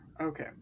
Okay